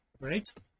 right